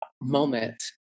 moment